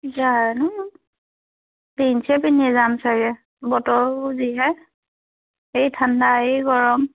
জানো মই জিনছে পিন্ধি যাম চাগৈ বতৰো যিহে এই ঠাণ্ডা এই গৰম